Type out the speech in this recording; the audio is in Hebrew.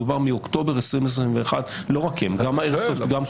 מדובר מאוקטובר 2021 ולא רק הן אלא עוד.